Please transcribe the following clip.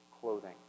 clothing